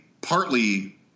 partly